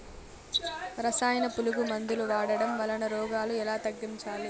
రసాయన పులుగు మందులు వాడడం వలన రోగాలు ఎలా తగ్గించాలి?